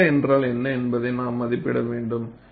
𝚫 என்றால் என்ன என்பதை நாம் மதிப்பிட வேண்டும்